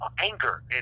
anger